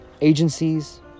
agencies